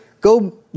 go